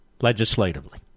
legislatively